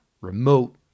remote